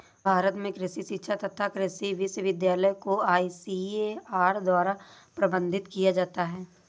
भारत में कृषि शिक्षा तथा कृषि विश्वविद्यालय को आईसीएआर द्वारा प्रबंधित किया जाता है